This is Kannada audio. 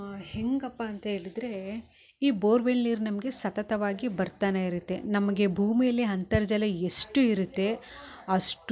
ಹೇಗಪ್ಪ ಅಂತ ಹೇಳಿದರೆ ಈ ಬೋರ್ವೆಲ್ ನೀರು ನಿಮಗೆ ಸತತವಾಗಿ ಬರ್ತಾನೇ ಇರತ್ತೆ ನಮಗೆ ಭೂಮಿಯಲ್ಲಿ ಅಂತರ್ಜಲ ಎಷ್ಟು ಇರತ್ತೆ ಅಷ್ಟೂ